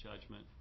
judgment